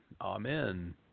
Amen